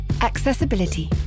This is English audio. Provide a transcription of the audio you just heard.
Accessibility